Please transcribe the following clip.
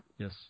Yes